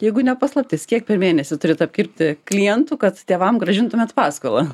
jeigu ne paslaptis kiek per mėnesį turit apkirpti klientų kad tėvam grąžintumėt paskolą